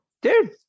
Dude